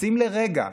לשים לרגע,